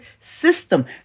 system